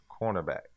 cornerback